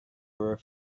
were